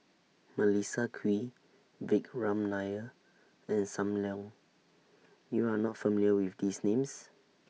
Melissa Kwee Vikram Nair and SAM Leong YOU Are not familiar with These Names